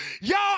y'all